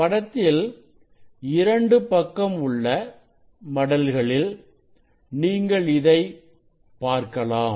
படத்தில் இரண்டு பக்கம் உள்ள மடல்களில் நீங்கள் இதை பார்க்கலாம்